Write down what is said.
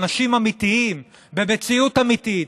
אנשים אמיתיים במציאות אמיתית,